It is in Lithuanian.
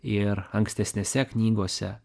ir ankstesnėse knygose